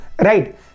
Right